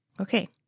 Okay